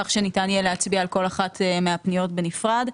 כך שניתן יהיה להצביע על כל אחת מהפניות בנפרד.